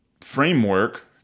framework